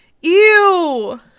ew